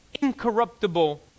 incorruptible